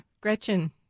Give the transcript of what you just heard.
Gretchen